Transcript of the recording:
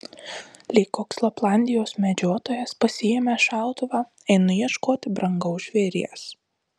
lyg koks laplandijos medžiotojas pasiėmęs šautuvą einu ieškoti brangaus žvėries